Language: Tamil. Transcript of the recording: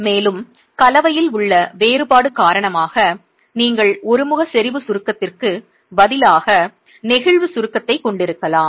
மேலும் கலவையில் உள்ள வேறுபாடு காரணமாக நீங்கள் ஒருமுக செறிவு சுருக்கத்திற்கு பதிலாக நெகிழ்வு சுருக்கத்தைக் கொண்டிருக்கலாம்